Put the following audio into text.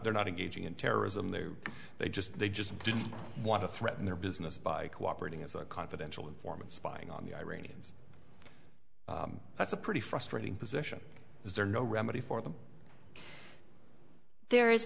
they're not engaging in terrorism they're they just they just didn't want to threaten their business by cooperating as a confidential informant spying on the iranians that's a pretty frustrating position is there no remedy for them there is